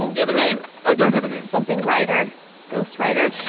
you have a name? i don't have a name something rider ghost rider?